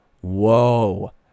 Whoa